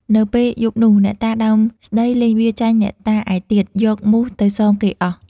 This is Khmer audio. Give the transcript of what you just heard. នៅពេលយប់នោះ អ្នកតាដើមស្តី លេងបៀចាញ់អ្នកតាឯទៀត យកមូសទៅសងគេអស់។